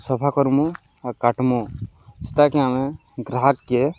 ସଫା କର୍ମୁ ଆଉ କାଟ୍ମୁ ସେତାକେ ଆମେ ଗ୍ରାହକ୍କେ